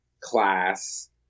class